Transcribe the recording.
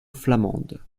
flamande